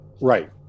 right